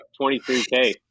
23K